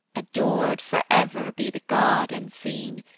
ador'd for ever be the god unseen,